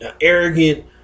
arrogant